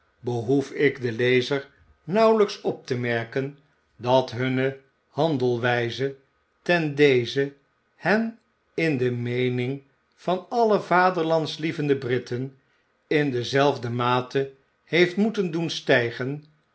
behoef ik den lezer nauwelijks op te merken dat hunne handelwijze ten deze hen in de meening van alle vaderlandslievende britten in dezelfde mate heeft moeten doen stijgen